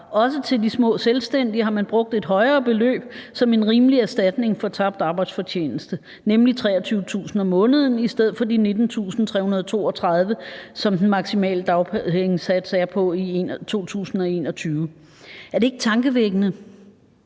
også til de små selvstændige, har man brugt et højere beløb som en rimelig erstatning for tabt arbejdsfortjeneste, nemlig 23.000 kr. om måneden, i stedet for de 19.332 kr., som den maksimale dagpengesats er på i 2021. Er det ikke tankevækkende?